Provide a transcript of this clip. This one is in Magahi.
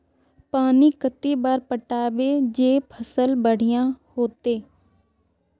पानी कते बार पटाबे जे फसल बढ़िया होते?